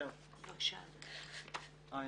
בבקשה אדוני.